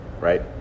right